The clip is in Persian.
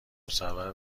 مصور